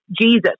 Jesus